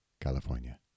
California